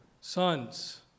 Sons